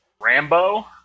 Rambo